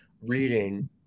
reading